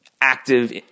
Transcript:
active